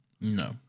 No